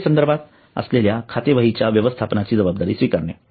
विक्री संदर्भात असणाऱ्या खाते वहीच्या व्यवस्थापणाची जबाबदारी स्वीकारणे